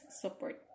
support